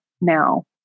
now